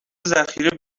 ذخیره